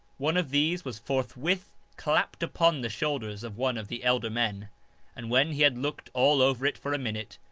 one of these was forthwith clapped upon the shoulders of one of the elder men and when he had looked all over it for a minute,